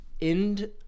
end